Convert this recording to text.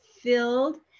filled